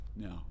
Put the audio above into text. No